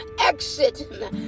exit